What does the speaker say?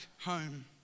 home